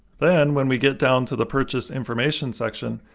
then when we get down to the purchase information section,